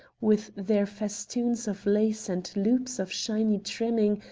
with their festoons of lace and loops of shiny trimming,